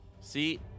see